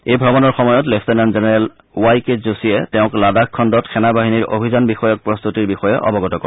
এই ভ্ৰমণৰ সময়ত লেফটেনেল্ট জেনেৰেল ৱাই কে জোশীয়ে তেওঁক লাদাখ খণ্ডত সেনাবাহিনীৰ অভিযান বিষয়ক প্ৰস্তুতিৰ বিষয়ে অৱগত কৰে